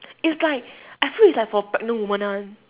it's like I feel it's like for pregnant women one